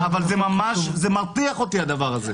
זה מטורף הדבר הזה.